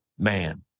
man